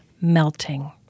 melting